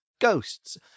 ghosts